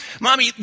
Mommy